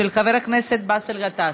של חבר הכנסת באסל גטאס.